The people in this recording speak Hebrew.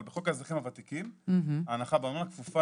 אבל בחוק האזרחים הוותיקים ההנחה כפופה